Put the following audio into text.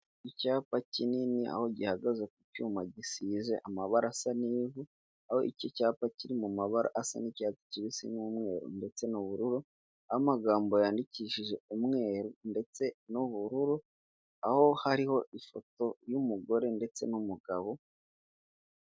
Icyapa kinini aho gihagaze ku cyuma gisize amabara asa n'ivu, aho iki cyapa kiri mu mabara asa n'icyatsi kibisi n'umweru ndetse n'ubururu, aho amagambo yandikishije umweru ndetse n'ubururu aho hariho ifoto y'umugore ndetse n'umugabo.